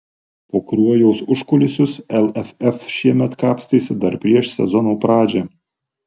po kruojos užkulisius lff šiemet kapstėsi dar prieš sezono pradžią